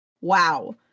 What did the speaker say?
Wow